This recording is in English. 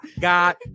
got